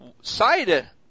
Side